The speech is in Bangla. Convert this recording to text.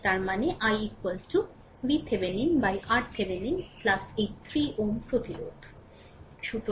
তাই তার মানে i VThevenin RThevenin এই 3 Ω প্রতিরোধের